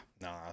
no